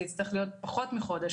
זה יצטרך להיות פחות מחודש,